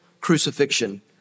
crucifixion